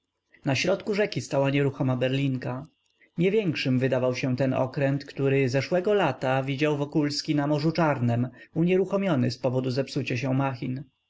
na środku rzeki stała nieruchoma berlinka nie większym wydawał się ten okręt który zeszłego lata widział wokulski na morzu czarnem unieruchomiony z powodu zepsucia się machin